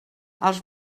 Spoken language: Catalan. els